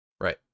Right